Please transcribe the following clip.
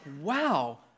wow